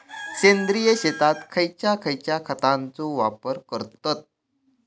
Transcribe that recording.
सेंद्रिय शेतात खयच्या खयच्या खतांचो वापर करतत?